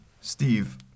Steve